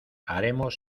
haremos